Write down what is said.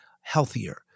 healthier